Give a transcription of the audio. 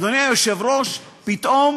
אדוני היושב-ראש, פתאום